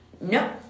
no